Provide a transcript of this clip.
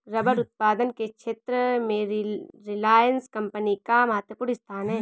rubber उत्पादन के क्षेत्र में रिलायंस कम्पनी का महत्त्वपूर्ण स्थान है